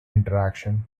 interaction